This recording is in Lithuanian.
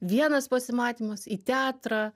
vienas pasimatymas į teatrą